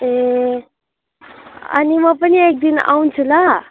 ए अनि म पनि एक दिन आउँछु ल